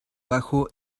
bajo